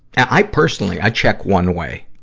i personally, i check one way.